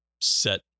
set